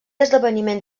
esdeveniment